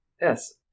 Yes